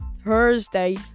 thursday